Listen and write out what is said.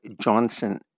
Johnson